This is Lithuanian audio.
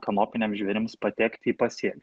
kanopiniams žvėrims patekti į pasielį